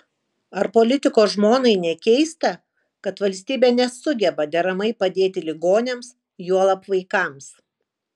ar politiko žmonai nekeista kad valstybė nesugeba deramai padėti ligoniams juolab vaikams